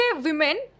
women